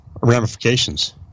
ramifications